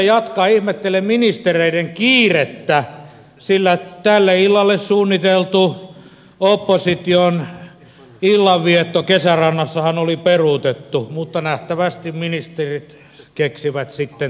ihmettelen ministereiden kiirettä sillä tälle illalle suunniteltu opposition illanvietto kesärannassahan oli peruutettu mutta nähtävästi ministerit keksivät sitten tilalle korvaavaa toimintaa